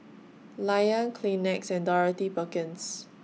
Lion Kleenex and Dorothy Perkins